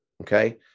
okay